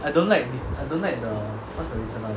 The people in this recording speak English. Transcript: I don't like I don't like the what's the recent [one]